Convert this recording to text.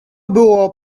było